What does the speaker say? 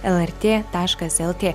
lrt taškas lt